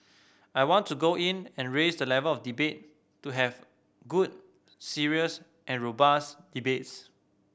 I want to go in and raise the level of debate to have good serious and robust debates